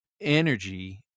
energy